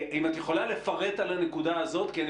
אם את יכולה לפרט על הנקודה הזאת כי אני